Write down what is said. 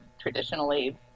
traditionally